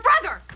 brother